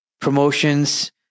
promotions